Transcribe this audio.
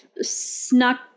snuck